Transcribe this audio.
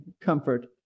comfort